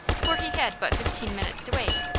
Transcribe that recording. for he had but fifteen minutes to wait,